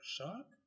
Shock